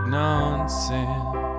nonsense